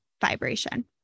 vibration